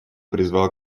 призвал